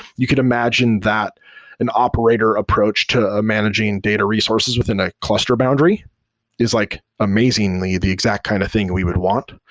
you could imagine that an operator approach to managing data resources within a cluster boundary is like amazingly the exact kind of thing we would want.